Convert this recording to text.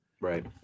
Right